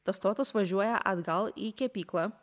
tas tortas važiuoja atgal į kepyklą